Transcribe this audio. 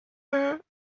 her